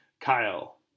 Kyle